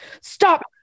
stop